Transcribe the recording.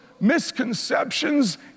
misconceptions